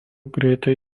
greitai